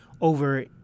over